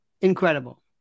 Incredible